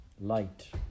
Light